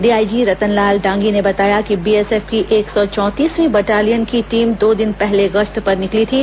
DIG Ratanlal Dangi ने बताया कि बीएसएफ की एक सौ चौंतीसवीं बटालियन की टीम दो दिन पहले गश्त पर निकली थी